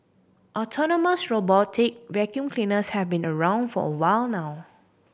autonomous robotic vacuum cleaners have been around for a while now